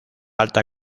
alta